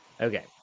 Okay